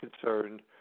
concerned